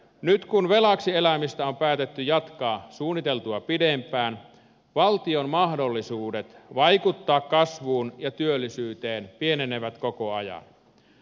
nyt kun velaksi elämistä on päätetty jatkaa suunniteltua pidempään valtion mahdollisuudet vaikuttaa kasvuun ja työllisyyteen pienenevät koko ajan